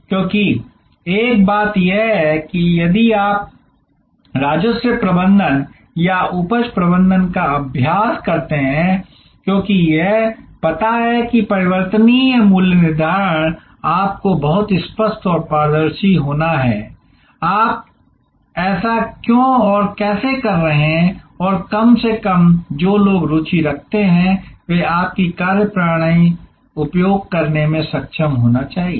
क्योंकि एक बात यह है कि यदि आप राजस्व प्रबंधन या उपज प्रबंधन का अभ्यास करते हैं क्योंकि यह पता है कि परिवर्तनीय मूल्य निर्धारण आपको बहुत स्पष्ट और पारदर्शी होना है और आप ऐसा क्यों और कैसे कर रहे हैं और कम से कम जो लोग रुचि रखते हैं वे आपकी कार्यप्रणाली उपयोग करने में सक्षम होना चाहिए